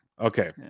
Okay